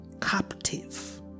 captive